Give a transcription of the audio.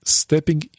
stepping